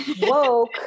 woke